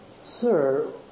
sir